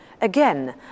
again